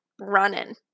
running